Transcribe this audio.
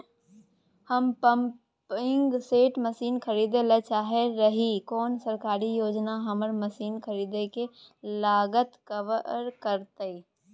हम pumping set machine खरीदैय ल चाहैत रही कोन सरकारी योजना हमर मसीन खरीदय के लागत कवर करतय?